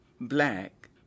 black